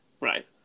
Right